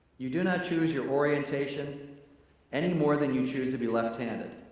you do not choose your orientation any more than you choose to be left-handed.